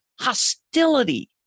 hostility